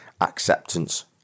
acceptance